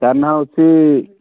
ତାର ନାଁ ହେଉଛି